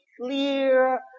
clear